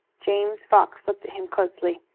james fox looked at him closely.